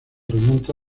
remonta